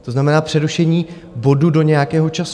To znamená přerušení bodu do nějakého času.